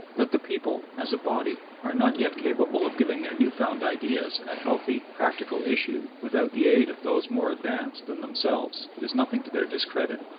that the people, as a body, are not yet capable of giving their new-found ideas a healthy, practical issue without the aid of those more advanced than themselves is nothing to their discredit.